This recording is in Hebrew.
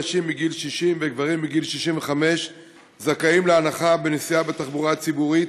נשים מגיל 60 וגברים מגיל 65 זכאים להנחה בנסיעה בתחבורה הציבורית